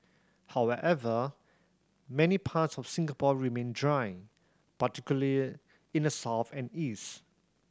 however many parts of Singapore remain dry particularly in the south and east